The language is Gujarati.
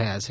થયા છે